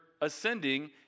ascending